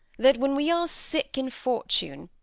that, when we are sick in fortune,